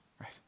Right